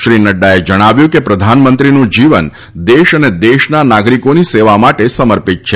શ્રી નફાએ જણાવ્યું હતું કે પ્રધાનમંત્રીનું જીવન દેશ અને દેશના નાગરિકોની સેવા માટે સમર્પિત છે